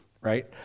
right